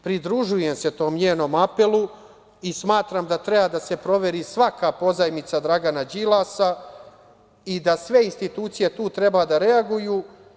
Pridružujem se tom njenom apelu, i smatram da treba da se proveri svaka pozajmica Dragana Đilasa, i da sve institucije tu treba da reaguju.